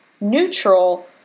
neutral